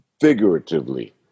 figuratively